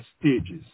stages